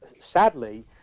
sadly